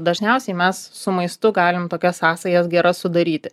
dažniausiai mes su maistu galim tokias sąsajas geras sudaryti